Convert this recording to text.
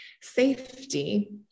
safety